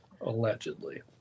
Allegedly